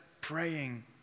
praying